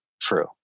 true